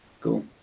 Cool